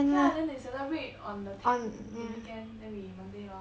okay lah then they celebrate on the ten the weekend then we monday lor